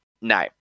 no